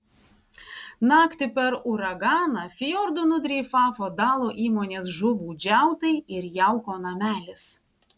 naktį per uraganą fjordu nudreifavo dalo įmonės žuvų džiautai ir jauko namelis